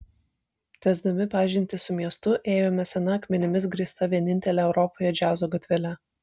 tęsdami pažintį su miestu ėjome sena akmenimis grįsta vienintele europoje džiazo gatvele